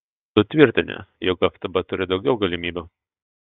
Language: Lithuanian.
tu tvirtini jog ftb turi daugiau galimybių